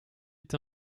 est